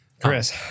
Chris